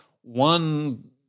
one